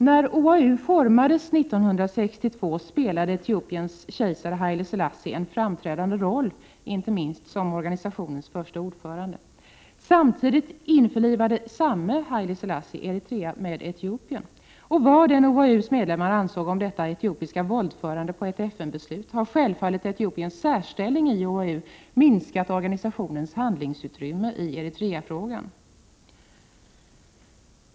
När OAU formades 1962 spelade Etiopiens kejsare Haile Selassie en framträdande roll, inte minst som organisationens förste ordförande. Samtidigt införlivade samme Haile Selassie Eritrea med Etiopien. Vad OAU:s medlemmar än ansåg om detta etiopiska våldförande på ett FN-beslut, har självfallet Etiopiens särställning i OAU minskat organisationens handlingsutrymme i Eritreafrågan.